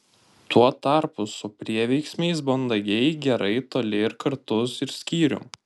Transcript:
tuo tarpu su prieveiksmiais mandagiai gerai toli ir kartu ir skyrium